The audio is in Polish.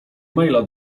maila